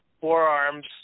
forearms